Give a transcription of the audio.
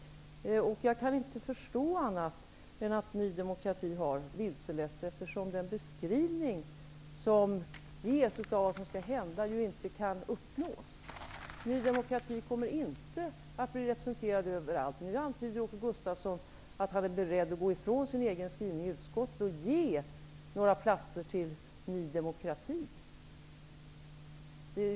Jag kan inte förstå annat än att Ny demokrati har vilseletts, eftersom den beskrivning som ges av vad som skall hända inte kan uppnås. Ny demokrati kommer inte att bli representerat överallt. Nu antyder Åke Gustavsson att han är beredd att gå ifrån sin skrivning i utskottet och ge några platser till Ny demokrati.